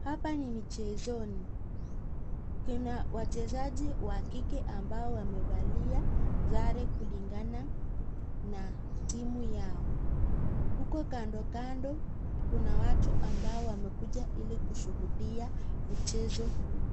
Hapa ni mchezoni. Kuna wachezaji wa kike ambao wamevalia sare kulingana na timu yao. Huko kando kando kuna watu ambao wamekuja ili kushuhudia mchezo huu.